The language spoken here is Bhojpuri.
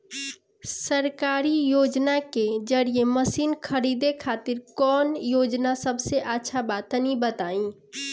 सरकारी योजना के जरिए मशीन खरीदे खातिर कौन योजना सबसे अच्छा बा तनि बताई?